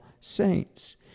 saints